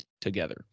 together